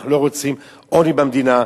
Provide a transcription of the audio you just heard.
אנחנו לא רוצים עוני במדינה.